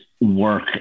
work